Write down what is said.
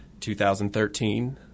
2013